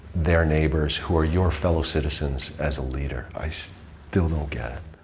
their neighbours who are your fellow citizens as a leader. i so still don't get it.